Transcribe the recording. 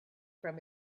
from